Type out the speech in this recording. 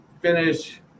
finish